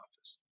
office